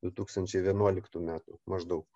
du tūkstančiai vienuoliktų metų maždaug